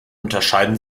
unterscheiden